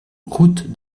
route